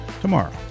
tomorrow